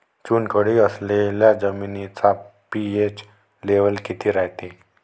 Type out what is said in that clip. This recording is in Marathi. चुनखडी असलेल्या जमिनीचा पी.एच लेव्हल किती रायते?